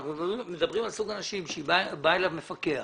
אנחנו מדברים על סוג אנשים שאם בא אליו מפקח